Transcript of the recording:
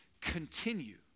continue